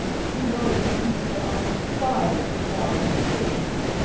she knows, too, that i despise the modern stage.